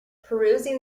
perusing